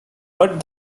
but